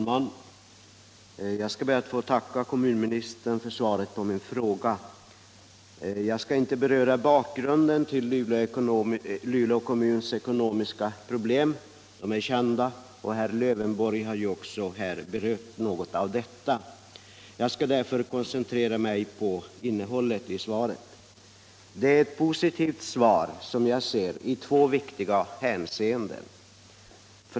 Herr talman! Jag ber att få tacka kommunministern för svaret på min fråga. Jag skall inte beröra bakgrunden till Luleå kommuns ekonomiska problem. De problemen är kända, och herr Lövenborg har också tagit upp några av dem. Jag skall därför koncentrera mig på innehållet i svaret. Svaret är positivt i två viktiga hänseenden.